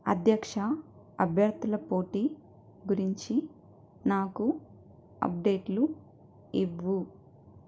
అధ్యక్ష అభ్యర్థుల పోటీ గురించి నాకు అప్డేట్లు ఇవ్వు